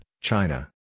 China